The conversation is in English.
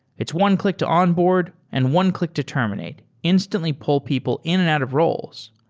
it's one click to onboard and one click to terminate. instantly pull people in and out of roles.